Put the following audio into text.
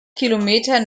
kilometer